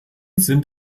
sind